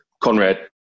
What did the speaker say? Conrad